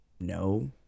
No